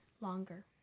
longer